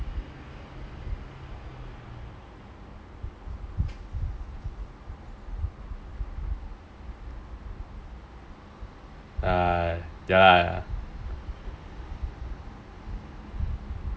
ya ya